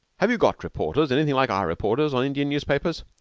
have you got reporters anything like our reporters on indian newspapers?